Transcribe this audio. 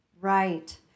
Right